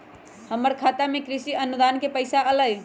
हमर खाता में कृषि अनुदान के पैसा अलई?